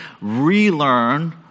relearn